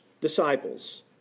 disciples